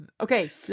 Okay